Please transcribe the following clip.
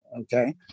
Okay